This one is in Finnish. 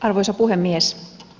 arvoisa puhemies